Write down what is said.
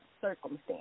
circumstance